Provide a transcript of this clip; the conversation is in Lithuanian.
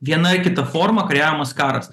viena ar kita forma kariaujamas karas